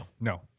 No